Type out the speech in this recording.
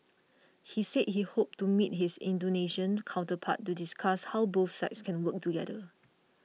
he said he hoped to meet his Indonesian counterpart to discuss how both sides can work together